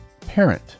parent